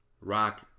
rock